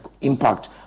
impact